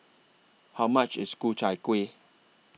How much IS Ku Chai Kuih